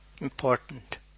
Important